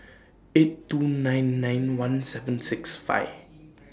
eight two nine nine one seven six five